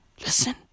Listen